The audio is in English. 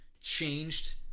changed